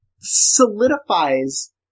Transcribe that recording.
solidifies